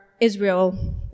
Israel